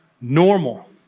normal